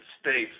States